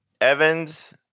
Evans